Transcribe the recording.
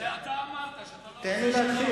זה עתה אמרת שאתה לא רוצה שלום,